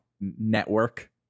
network